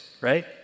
right